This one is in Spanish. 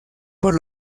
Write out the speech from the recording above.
por